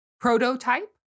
prototype